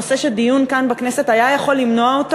דיון כאן בכנסת היה יכול למנוע אותו,